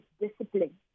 discipline